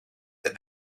that